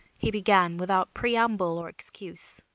he began without preamble or excuse,